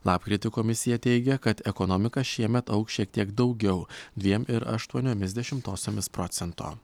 lapkritį komisija teigė kad ekonomika šiemet augs šiek tiek daugiau dviem ir aštuoniomis dešimtosiomis procento